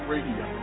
Radio